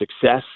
success